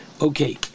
Okay